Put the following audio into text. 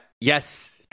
yes